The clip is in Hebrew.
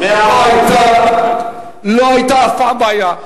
לא יתפרש כהסכמה.